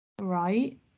Right